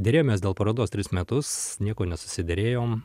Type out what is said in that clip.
derėjomės dėl parodos tris metus nieko nesusiderėjom